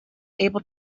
able